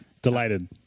Delighted